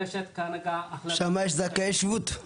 שמה יש זכאי שבות.